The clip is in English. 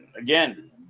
again